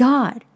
God